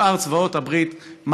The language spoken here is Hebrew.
בשאר צבאות הברית,